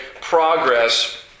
progress